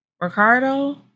Ricardo